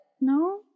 no